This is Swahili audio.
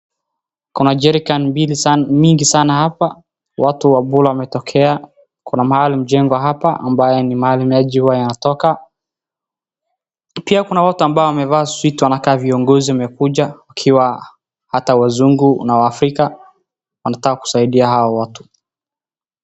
Kuna jerican mingi sana hapa watu wa bula wametokea ,kuna mahali mjengo hapa ambaye ni mahali maji yanatoka, pia kuna watu wamevaa suti amabao wanakaa viongozi wamekuja wakiwa hata wazungu na waafrika wanataka kusaidia hawa watu.